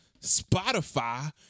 Spotify